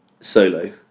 solo